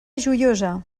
joiosa